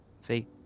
See